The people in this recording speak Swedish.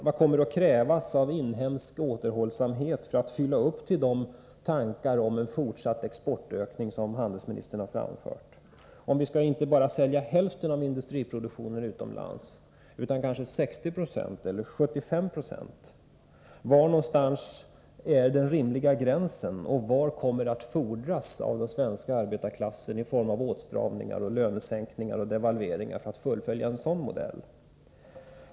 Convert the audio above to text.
Vad kommer att krävas av inhemsk återhållsamhet för att uppnå den fortsatta exportökning som handelsministern förutsätter? Skall vi sälja inte bara hälften av industriproduktionen utomlands utan kanske 60 eller 75 96? Var går den rimliga gränsen och vad kommer att fordras av den svenska arbetarklassen i form av åtstramningar, lönesänkningar och devalveringar för att fullfölja en sådan modell?